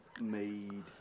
made